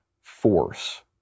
force